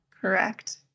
Correct